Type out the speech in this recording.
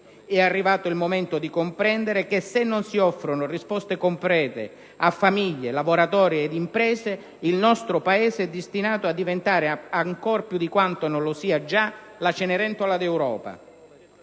È arrivato il momento di comprendere che se non si offrono risposte concrete a famiglie, lavoratori ed imprese, il nostro Paese è destinato a diventare ancor più di quanto non sia già la Cenerentola d'Europa